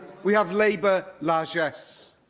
we have labour largesse.